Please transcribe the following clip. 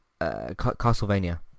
Castlevania